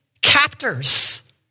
captors